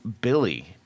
Billy